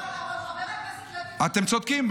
אתם צודקים.